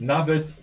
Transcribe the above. Nawet